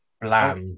bland